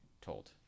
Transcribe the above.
told